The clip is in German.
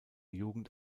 jugend